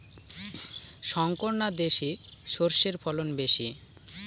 শংকর না দেশি সরষের ফলন বেশী?